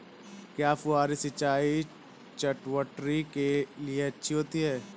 क्या फुहारी सिंचाई चटवटरी के लिए अच्छी होती है?